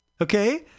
okay